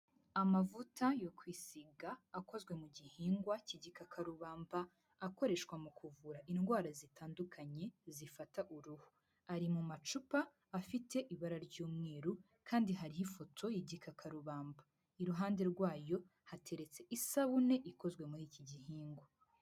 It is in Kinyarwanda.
Amavuta yo kwisiga akozwe mu gihingwa k'igikakarubamba akoreshwa mu kuvura indwara zitandukanye zifata uruhu, ari mu macupa afite ibara ry'umweru kandi hariho ifoto y'igikakarubamba, iruhande rwayo hateretse isabune ikozwe muri iki gihingwa.